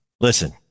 listen